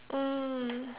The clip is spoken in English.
mm